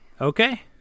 Okay